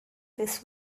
this